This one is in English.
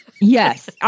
yes